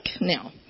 now